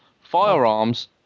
firearms